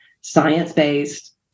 science-based